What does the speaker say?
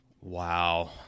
Wow